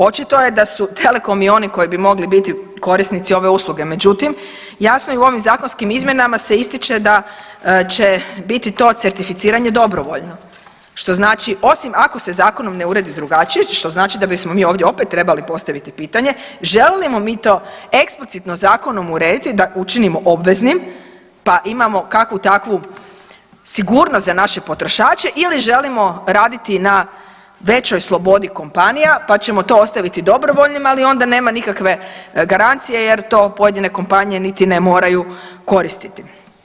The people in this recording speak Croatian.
Očito je da su telekomi oni koji bi mogli biti korisnici ove usluge, međutim jasno je i u ovim zakonskim izmjenama se ističe da će biti to certificiranje dobrovoljno što znači osim ako se zakonom ne uredi drugačije što znači da bismo mi opet trebali postaviti pitanje želimo mi to eksplicitno zakonom urediti da učinimo obveznim, pa imamo kakvu takvu sigurnost za naše potrošače ili želimo raditi na većoj slobodi kompanija pa ćemo to ostaviti dobrovoljnima, ali onda nema nikakve garancije jer to pojedine kompanije niti ne moraju koristiti.